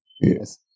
Yes